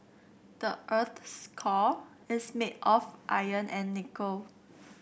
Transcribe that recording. the earth's core is made of iron and nickel